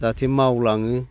जाहाथे मावलाङो